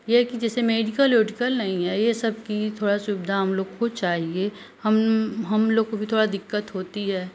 ये है कि जैसे मेडिकल वेडीकल नहीं है ये सबकी थोड़ा सुविधा हम लोग को चाहिए हम हम लोग को भी थोड़ा दिक्कत होती है